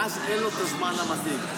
ואז אין לו את הזמן המתאים.